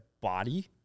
body